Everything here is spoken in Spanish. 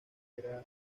negra